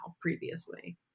previously